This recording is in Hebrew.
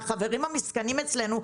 החברים המסכנים אצלנו,